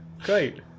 Great